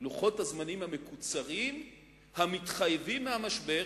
לוחות הזמנים המקוצרים המתחייבים מהמשבר